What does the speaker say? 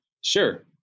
Sure